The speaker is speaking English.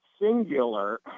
singular